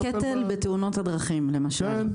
קטל בתאונות הדרכים, למשל.